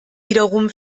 wiederum